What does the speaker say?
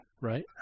Right